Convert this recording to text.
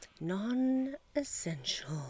non-essential